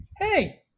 Hey